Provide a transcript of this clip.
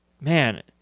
man